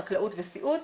חקלאות וסיעוד.